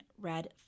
red